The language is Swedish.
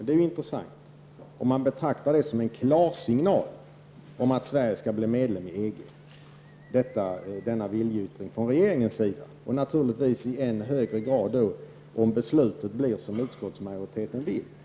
Det är intressant att man betraktar denna viljeyttring från regeringens sida som en klarsignal om att Sverige skall medlem i EG, i synnerhet om beslutet blir det som utskottsmajoriteten vill.